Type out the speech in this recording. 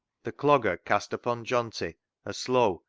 the clogger cast upon johnty a slow,